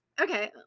okay